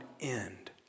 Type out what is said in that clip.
end